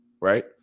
Right